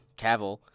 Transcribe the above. Cavill